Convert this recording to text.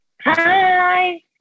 Hi